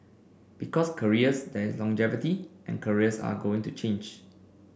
because careers there is longevity and careers are going to change